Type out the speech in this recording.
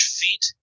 feet